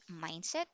mindset